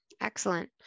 Excellent